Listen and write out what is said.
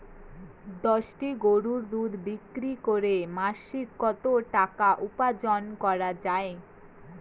দশটি গরুর দুধ বিক্রি করে মাসিক কত টাকা উপার্জন করা য়ায়?